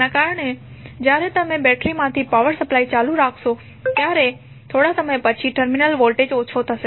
તેના કારણે જ્યારે તમે બેટરીમાંથી પાવર સપ્લાય ચાલુ રાખશો ત્યારે થોડા સમય પછી ટર્મિનલ વોલ્ટેજ ઓછો જશે